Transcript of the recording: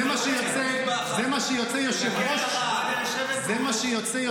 זה מה שיוצא,